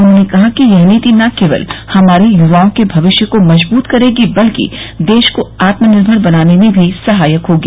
उन्होंने कहा कि यह नीति न केवल हमारे युवाओं के भविष्य को मजबूत करेगी बल्कि देश को आत्मनिर्मर बनाने में भी सहायक होगी